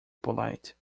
polite